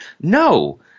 no